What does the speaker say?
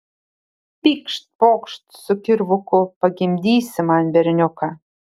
pykšt pokšt su kirvuku pagimdysi man berniuką